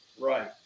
right